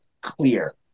clear